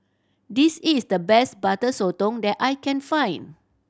this is the best Butter Sotong that I can find